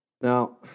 Now